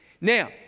Now